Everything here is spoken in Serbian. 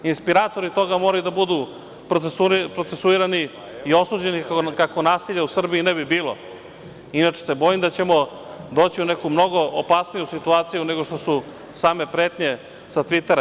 Inspiratori toga moraju da budu procesuirani i osuđeni, kako nasilja u Srbiji ne bi bilo, inače se bojim da ćemo doći u neku mnogo opasniju situaciju nego što su same pretnje sa „Tvitera“